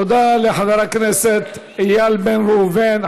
תודה לחבר הכנסת איל בן ראובן.